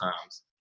times